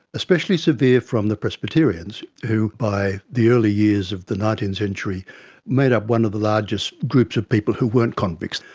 especially severe from the presbyterians who by the early years of the nineteenth century made up one of the largest groups of people who weren't convicts,